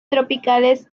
tropicales